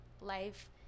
life